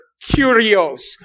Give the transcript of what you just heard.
curios